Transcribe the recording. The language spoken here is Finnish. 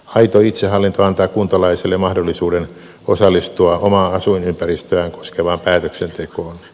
aito itsehallinto antaa kuntalaisille mahdollisuuden osallistua omaa asuinympäristöään koskevaan päätöksentekoon